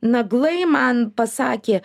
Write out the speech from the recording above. naglai man pasakė